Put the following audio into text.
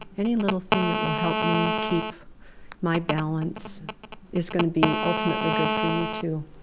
any little thing that will help me keep my balance is going to be ultimately good for you, too.